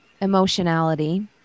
emotionality